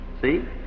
See